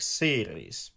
series